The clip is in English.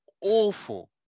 awful